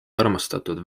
armastatud